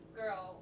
girl